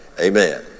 amen